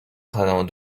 خدمات